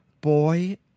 boy